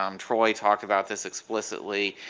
um troy talked about this explicitly,